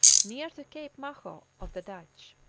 near to cape maho of the dutch.